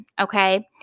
Okay